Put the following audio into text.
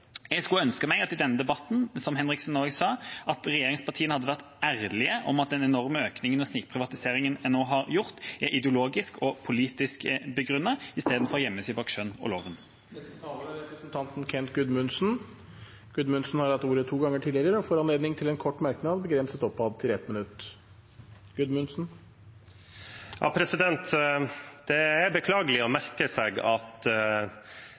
i denne debatten ønske, som Henriksen òg sa, at regjeringspartiene hadde vært ærlige på at den enorme økningen og snikprivatiseringen man nå har, er ideologisk og politisk begrunnet – i stedet for å gjemme seg bak skjønn og lov. Representanten Kent Gudmundsen har hatt ordet to ganger tidligere og får ordet til en kort merknad, begrenset til 1 minutt. Det er beklagelig å merke seg at